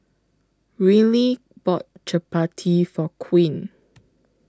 Rylie bought Chapati For Queen